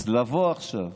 אז לבוא עכשיו